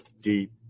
deep